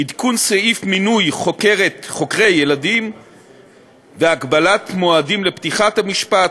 עדכון סעיף מינוי חוקרי ילדים והגבלת מועדים לפתיחת המשפט,